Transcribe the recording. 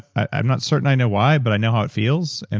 i'm not certain i know why, but i know how it feels, and